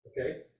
okay